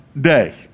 day